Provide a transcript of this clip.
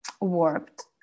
warped